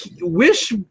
wish